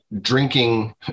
drinking